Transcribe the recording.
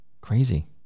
Crazy